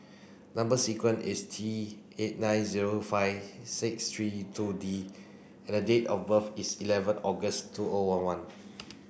number sequence is T eight nine zero five six three two D and date of birth is eleven August two O one one